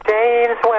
James